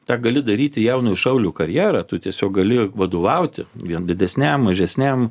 tą gali daryti jaunojo šaulio karjera tu tiesiog gali vadovauti vien didesniam mažesniam